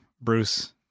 Bruce